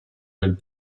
del